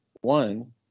One